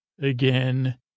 again